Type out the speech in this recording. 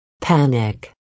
panic